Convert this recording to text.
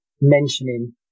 mentioning